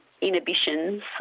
inhibitions